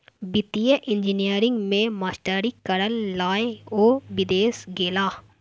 वित्तीय इंजीनियरिंग मे मास्टरी करय लए ओ विदेश गेलाह